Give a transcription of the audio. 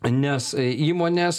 nes įmonės